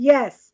Yes